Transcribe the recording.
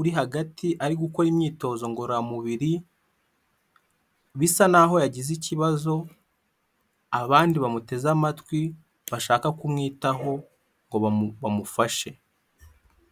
uri hagati ari gukora imyitozo ngororamubiri, bisa naho aho yagize ikibazo, abandi bamuteze amatwi bashaka kumwitaho ngo bamufashe.